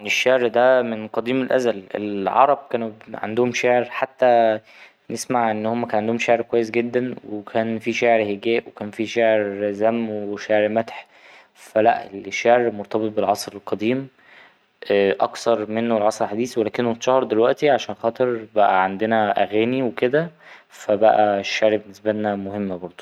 الشعر ده من قديم الأزل العرب كانوا عندهم شعر حتى نسمع إن هما كان عندهم شعر كويس جدا وكان فيه شعر هجاء وكان في شعر ذم وشعر مدح فا لا الشعر مرتبط بالعصر القديم أكثر من العصر الحديث ولكنه أتشهر دلوقتي عشان خاطر بقي عندنا أغاني وكده فا بقى الشعر بالنسبالنا مهم برضه.